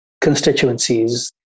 constituencies